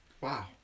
Wow